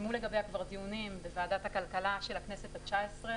התקיימו לגביה כבר דיונים בוועדת הכלכלה של הכנסת התשע-עשרה,